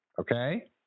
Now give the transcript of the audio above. Okay